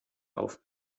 auf